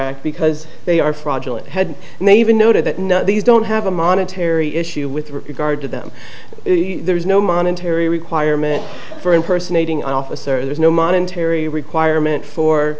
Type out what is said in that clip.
act because they are fraudulent head and they even noted that no these don't have a monetary issue with regard to them there's no monetary requirement for impersonating an officer there's no monetary requirement